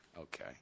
okay